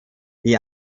die